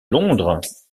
londres